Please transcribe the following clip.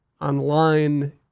online